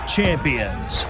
Champions